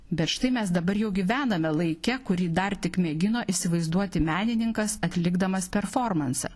bet štai mes dabar jau gyvename laike kurį dar tik mėgino įsivaizduoti menininkas atlikdamas performansą